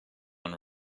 and